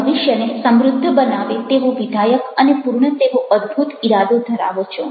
તમે ભવિષ્યને સમૃદ્ધ બનાવે તેવો વિધાયક અને પૂર્ણ તેવો અદભૂત ઈરાદો ધરાવો છો